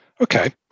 Okay